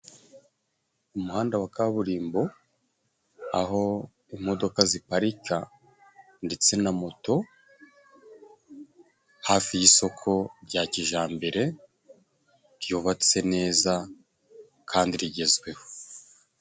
Umuhanda wa kaburimbo, aho imodoka ziparika ndetse na moto hafi y'isoko rya kijambere, ryubatse neza kandi rigezweho.